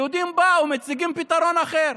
היהודים באו, מציגים פתרון אחר: